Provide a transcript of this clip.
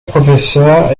professeur